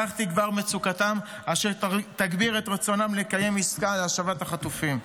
כך תגבר מצוקתם אשר תגביר את רצונם לקיים עסקה להשבת החטופים.